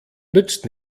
nützt